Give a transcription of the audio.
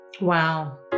Wow